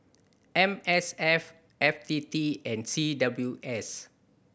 M S F F T T and C W S